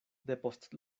depost